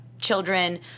children